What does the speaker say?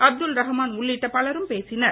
அப்துல் ரகுமான் உள்ளிட்ட பலரும் பேசினர்